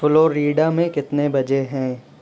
Florida میں کتنے بجے ہیں